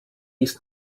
ist